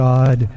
God